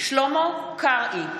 שלמה קרעי,